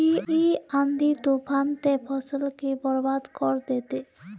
इ आँधी तूफान ते फसल के बर्बाद कर देते?